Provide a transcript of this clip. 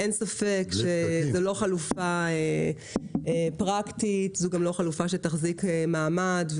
אין ספק שזו לא חלופה פרקטית והיא לא תחזיק מעמד.